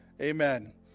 Amen